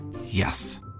Yes